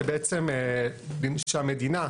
שהמדינה,